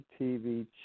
TV